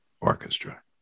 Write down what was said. Orchestra